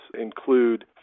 include